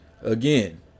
again